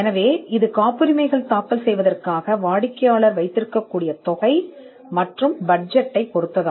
எனவே இது காப்புரிமையை தாக்கல் செய்வதற்கான வாடிக்கையாளர் வைத்திருக்கும் தொகை அல்லது பட்ஜெட்டைப் பொறுத்தது